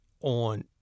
on